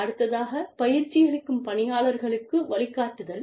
அடுத்ததாகப் பயிற்சியளிக்கும் பணியாளர்களுக்கு வழிகாட்டுதல்